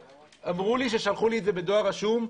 אמרו לי ששלחו לי את זה בדואר רשום.